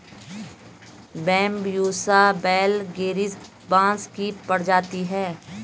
Bambusa vulgaris बाँस की प्रजाति है